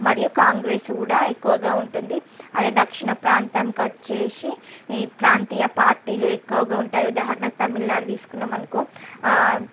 మరియు కాంగ్రెస్ కూడా ఎక్కువగా ఉంటుంది అదే దక్షణ ప్రాంతానికి వచ్చేసి ఈ ప్రాంతీయ పార్టీలు ఎక్కువగా ఉంటాయి ఉదాహరణకు తమిళనాడు తీసుకున్నాం అనుకో